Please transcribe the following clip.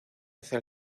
hacia